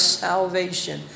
salvation